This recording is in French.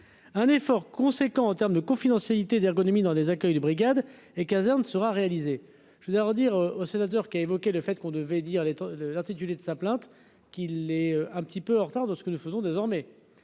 Un effort conséquent en terme de confidentialité d'ergonomie dans des accueils de brigades et caserne sera réalisé, je voudrais leur dire au sénateur qui a évoqué le fait qu'on devait dire les le l'intitulé de sa plainte, qu'il est un petit peu en retard de ce que nous faisons désormais